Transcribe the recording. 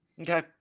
Okay